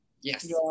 Yes